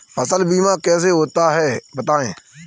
फसल बीमा कैसे होता है बताएँ?